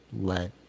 Let